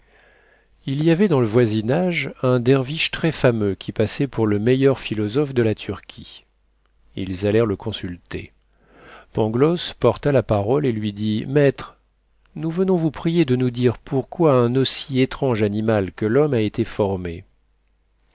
il y avait dans le voisinage un derviche très fameux qui passait pour le meilleur philosophe de la turquie ils allèrent le consulter pangloss porta la parole et lui dit maître nous venons vous prier de nous dire pourquoi un aussi étrange animal que l'homme a été formé